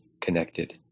connected